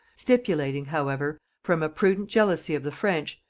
stipulating however, from a prudent jealousy of the french,